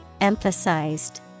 emphasized